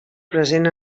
present